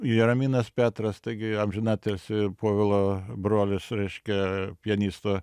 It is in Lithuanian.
jaraminas petras taigi amžinatilsį povilo brolis reiškia pianisto